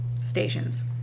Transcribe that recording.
stations